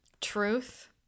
Truth